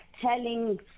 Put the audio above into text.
telling